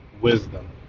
wisdom